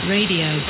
Radio